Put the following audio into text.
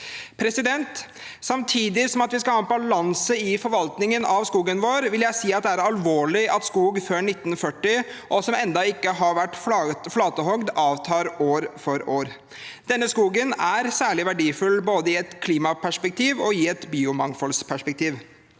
vårt. Samtidig som vi skal ha balanse i forvaltningen av skogen vår, vil jeg si at det er alvorlig at skog før 1940 og som ennå ikke har vært flatehogd, avtar år for år. Denne skogen er særlig verdifull både i et klimaperspektiv og i et biomangfoldsperspektiv.